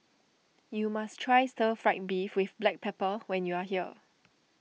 you must try Stir Fried Beef with Black Pepper when you are here